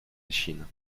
échine